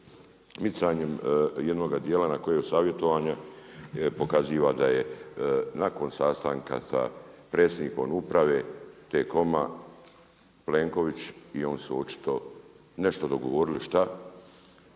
micanjem jednoga dijela …/Govornik se ne razumije./… pokazuje da je nakon sastanka sa predsjednikom uprave T-com-a, Plenković i on su očito nešto dogovorili, šta.